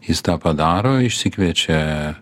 jis tą padaro išsikviečia